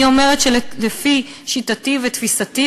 אני אומרת שלפי שיטתי ותפיסתי,